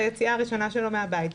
ביציאה הראשונה שלו מהבית.